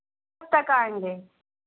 तक आएँगे